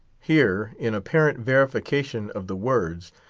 here, in apparent verification of the words,